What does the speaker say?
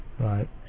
Right